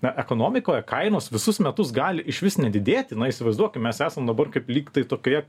na ekonomikoje kainos visus metus gali išvis nedidėti na įsivaizduokim mes esam dabar kaip lyg tai tokioje